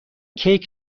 کیک